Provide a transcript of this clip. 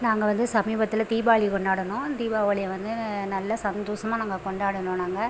நாங்கள் வந்து சமீபத்தில் தீபாவளி கொண்டாடுனோம் தீபாவளி வந்து நல்ல சந்தோசமாக நாங்கள் கொண்டாடுனோம் நாங்கள்